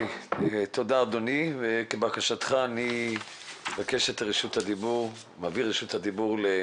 תודה אדוני, כבקשתך אעביר את רשות הדיבור לאסף.